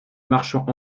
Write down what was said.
marchand